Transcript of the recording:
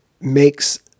makes